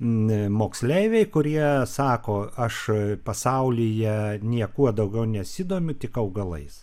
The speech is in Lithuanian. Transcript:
n moksleiviai kurie sako aš pasaulyje niekuo daugiau nesidomiu tik augalais